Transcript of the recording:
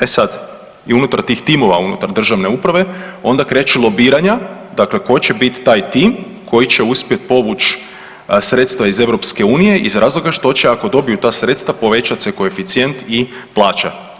E sada i unutar tih timova unutar državne uprave onda kreću lobiranja dakle tko će biti taj tim koji će uspjeti povući sredstva iz Europske unije iz razloga što će ako dobiju ta sredstva povećat se koeficijent i plaća.